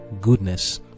goodness